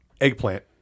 Eggplant